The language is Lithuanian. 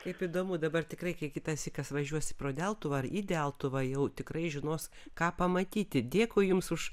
kaip įdomu dabar tikrai kai kitąsyk kas važiuos pro deltuvą ar į deltuvą jau tikrai žinos ką pamatyti dėkui jums už